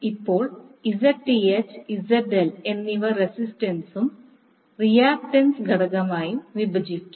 ഇപ്പോൾ Zth ZL എന്നിവ റെസിസ്റ്റൻസും റിയാക്ക്ടെൻസ് ഘടകമായും വിഭജിക്കാം